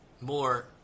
more